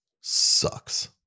Sucks